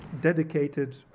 dedicated